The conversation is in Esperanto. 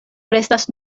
restas